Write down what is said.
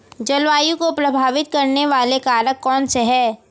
जलवायु को प्रभावित करने वाले कारक कौनसे हैं?